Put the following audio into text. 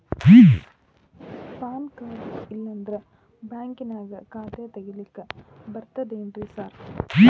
PAN card ಇಲ್ಲಂದ್ರ ಬ್ಯಾಂಕಿನ್ಯಾಗ ಖಾತೆ ತೆಗೆಲಿಕ್ಕಿ ಬರ್ತಾದೇನ್ರಿ ಸಾರ್?